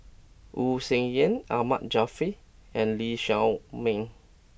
Wu Tsai Yen Ahmad Jaafar and Lee Shao Meng